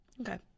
Okay